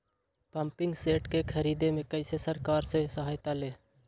Pumping set के ख़रीदे मे कैसे सरकार से सहायता ले?